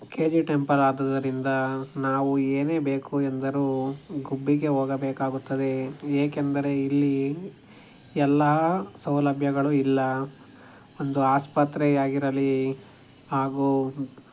K G ಟೆಂಪಲಾದ್ದುದರಿಂದ ನಾವು ಏನೇ ಬೇಕು ಎಂದರೂ ಗುಬ್ಬಿಗೆ ಹೋಗಬೇಕಾಗುತ್ತದೆ ಏಕೆಂದರೆ ಇಲ್ಲಿ ಎಲ್ಲ ಸೌಲಭ್ಯಗಳು ಇಲ್ಲ ಒಂದು ಆಸ್ಪತ್ರೆಯಾಗಿರಲಿ ಹಾಗೂ